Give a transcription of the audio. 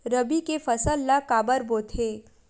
रबी के फसल ला काबर बोथे?